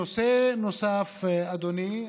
נושא נוסף, אדוני,